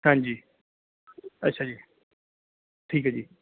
ਹਾਂਜੀ ਅੱਛਾ ਜੀ ਠੀਕ ਹੈ ਜੀ